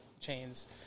chains